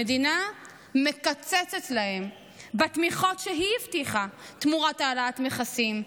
המדינה מקצצת להם בתמיכות שהיא הבטיחה בתמורה להעלאת מכסים,